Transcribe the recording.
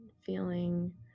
feeling